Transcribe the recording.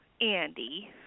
Andy